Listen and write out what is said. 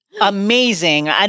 amazing